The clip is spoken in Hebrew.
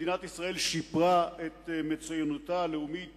מדינת ישראל שיפרה את מצוינותה הלאומית